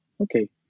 Okay